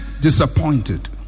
disappointed